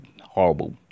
horrible